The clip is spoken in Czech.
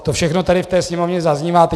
To všechno tady v té sněmovně zaznívá.